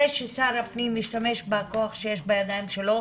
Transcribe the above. ששר הפנים משתמש בכוח שיש בידיים שלו,